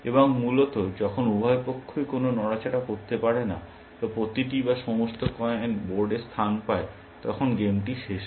এবং মূলত যখন উভয় পক্ষই কোন নড়াচড়া করতে পারে না বা প্রতিটি বা সমস্ত কয়েন বোর্ডে স্থান পায় তখন গেমটি শেষ হয়